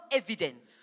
evidence